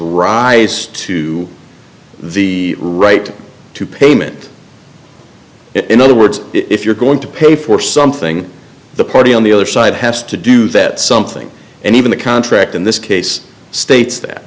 rise to the right to payment in other words if you're going to pay for something the party on the other side has to do that something and even the contract in this case states that